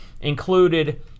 included